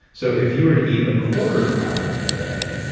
so if you were to eat a quarter pound a day,